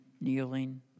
kneeling